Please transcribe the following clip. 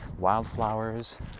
wildflowers